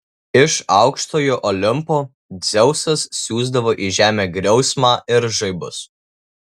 iš aukštojo olimpo dzeusas siųsdavo į žemę griausmą ir žaibus